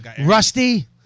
Rusty